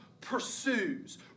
pursues